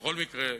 בכל מקרה,